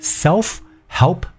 self-help